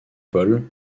paul